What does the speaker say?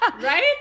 Right